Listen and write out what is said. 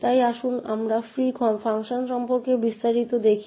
তাই আসুন আমরা ফ্রি ফাংশন সম্পর্কে বিস্তারিত দেখি